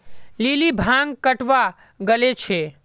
lily भांग कटावा गले छे